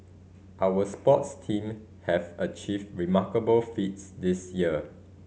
our sports team have achieved remarkable feats this year